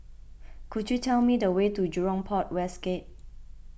could you tell me the way to Jurong Port West Gate